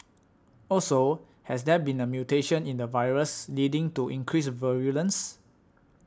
also has there been a mutation in the virus leading to increased virulence